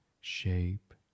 shape